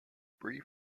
brief